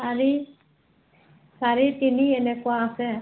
চাৰি চাৰি তিনি এনেকুৱা আছে